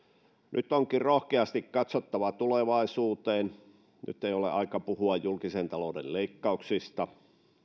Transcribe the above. nyt on rohkeasti katsottava tulevaisuuteen nyt ei ole aika puhua julkisen talouden leikkauksista